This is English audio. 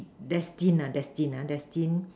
destine destine destine